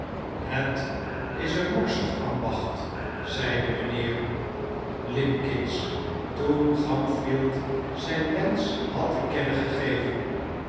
het is een morsig ambacht zeidc mijnheer limbkins toen oamfield zijn wensch had te kennen gegeven